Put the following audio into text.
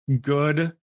good